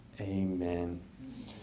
amen